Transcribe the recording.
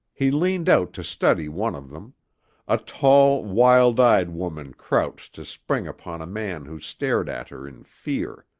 he leaned out to study one of them a tall, wild-eyed woman crouched to spring upon a man who stared at her in fear.